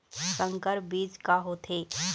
संकर बीज का होथे?